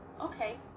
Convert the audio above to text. Okay